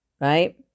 right